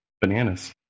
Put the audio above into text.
bananas